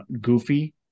goofy